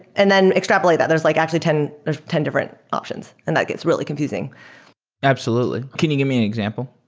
and then extrapolate that, there's like actually ten ah ten different options, and that gets really confusing absolutely. can you give me an example?